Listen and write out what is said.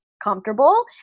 comfortable